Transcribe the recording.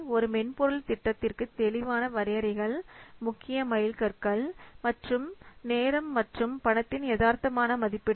ஒரு மென்பொருள் திட்டத்திற்கு தெளிவான வரையறைகள் முக்கிய மைல்கற்கள் மற்றும் நேரம் மற்றும் பணத்தின் எதார்த்தமான மதிப்பீடுகள்